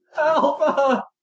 Alpha